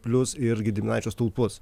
plius ir gediminaičio stulpus